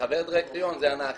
חבר דירקטוריון, זה אנחנו.